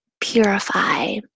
purify